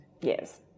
Yes